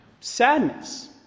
sadness